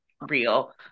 real